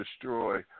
destroy